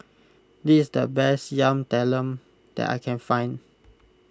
this is the best Yam Talam that I can find